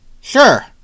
Sure